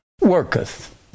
worketh